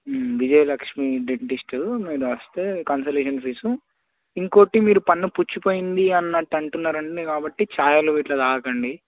Vijayalakshmi dentist మీరు వస్తే consultation fees ఇంకోటి మీరు పన్ను పుచ్చిపోయింది అన్నట్టు అంటున్నారండి కాబట్టి చాయలు గట్రా దాగకండి